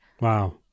Wow